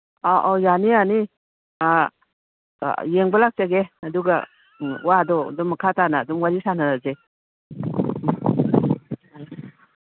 ꯑꯧ ꯑꯧ ꯌꯥꯅꯤ ꯌꯥꯅꯤ ꯌꯦꯡꯕ ꯂꯥꯛꯆꯒꯦ ꯑꯗꯨꯒ ꯋꯥꯗꯣ ꯑꯗꯨꯝ ꯃꯈꯥ ꯇꯥꯅ ꯑꯗꯨꯝ ꯋꯥꯔꯤ ꯁꯥꯟꯅꯔꯁꯦ